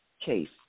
case